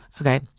Okay